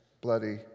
bloody